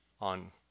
on